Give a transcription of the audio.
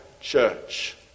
church